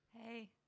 Hey